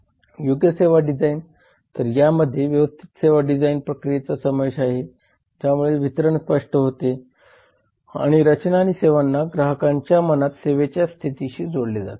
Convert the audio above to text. योग्य सेवा डिझाईन तर यामध्ये व्यवस्थित सेवा डिझाईन प्रक्रियेचा समावेश आहे ज्यामुळे वितरण स्पष्ट होते आणि रचना आणि सेवांना ग्राहकांच्या मनात सेवेच्या स्थितीशी जोडले जाते